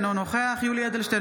אינו נוכח יולי יואל אדלשטיין,